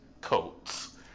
coats